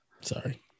Sorry